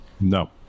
No